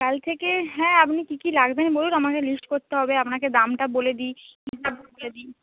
কাল থেকে হ্যাঁ আপনি কী কী লাগবেন বলুন আমাকে লিস্ট করতে হবে আপনাকে দামটা বলে দিই দিই